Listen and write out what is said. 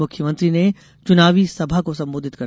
मुख्यमंत्री ने चुनावी सभा को भी संबोधित किया